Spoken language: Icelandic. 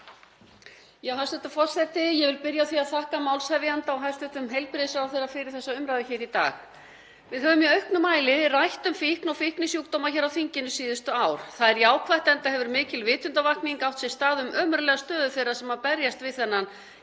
Hæstv. forseti. Ég vil byrja á því að þakka málshefjanda og hæstv. heilbrigðisráðherra fyrir þessa umræðu hér í dag. Við höfum í auknum mæli rætt um fíkn og fíknisjúkdóma hér á þinginu síðustu ár. Það er jákvætt enda hefur mikil vitundarvakning átt sér stað um ömurlega stöðu þeirra sem berjast við þennan,